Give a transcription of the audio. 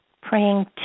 praying